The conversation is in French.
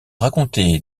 raconté